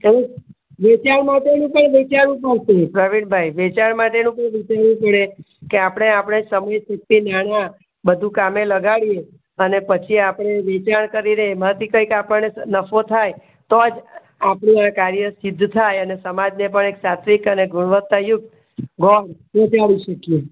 ચૌદ વેચાણ માટેનું પણ વિચારવું પડશે પ્રવીણ ભાઈ વેચાણ માટેનું પણ વિચારવું પડે કે આપણે આપણે સમય શક્તિ નાણાં બધુ કામે લગાડી અને પછી આપણે વેચાણ કરીને એમાંથી કંઈક આપણને નફો થાય તો જ આપણું આ કાર્ય સિદ્ધ થાય અને સમાજને પણ એક સાત્વિક અને ગુણવત્તાયુક્ત ગોળ પહોંચાડી શકીએ